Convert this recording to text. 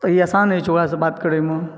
ई आसान होइ छै ओकरासँ बात करै मे